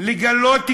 לגלות גמישות,